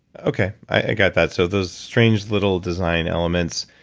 okay, i got that. so those strange little design elements,